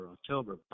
October